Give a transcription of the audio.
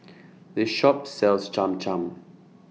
The Shop sells Cham Cham